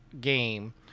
game